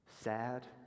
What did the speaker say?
Sad